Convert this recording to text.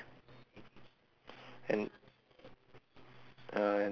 and